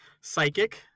Psychic